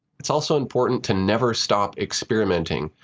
it's also important to never stop experimenting.